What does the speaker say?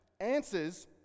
answers